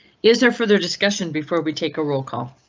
is there further discussion before we take a roll call?